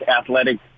athletic